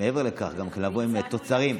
מעבר לכך, גם לבוא עם תוצרים.